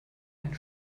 einen